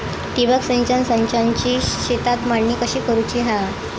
ठिबक सिंचन संचाची शेतात मांडणी कशी करुची हा?